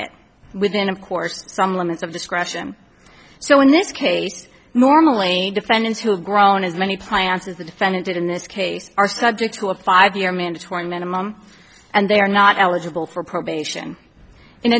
it within of course some limits of discretion so in this case normally defendants who have grown as many plants as the defendant did in this case are subject to a five year mandatory minimum and they are not eligible for probation in